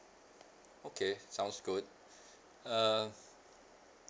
okay sounds good err